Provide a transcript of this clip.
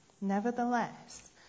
Nevertheless